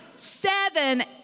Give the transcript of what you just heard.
Seven